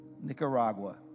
Nicaragua